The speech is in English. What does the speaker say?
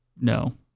No